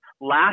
last